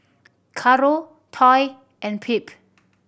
Caro Toy and Phebe